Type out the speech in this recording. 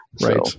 Right